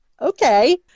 okay